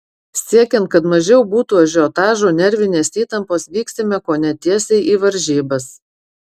siekiant kad mažiau būtų ažiotažo nervinės įtampos vyksime kone tiesiai į varžybas